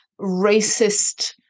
racist